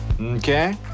Okay